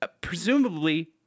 presumably